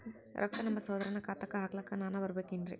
ರೊಕ್ಕ ನಮ್ಮಸಹೋದರನ ಖಾತಾಕ್ಕ ಹಾಕ್ಲಕ ನಾನಾ ಬರಬೇಕೆನ್ರೀ?